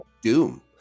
doom